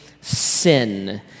sin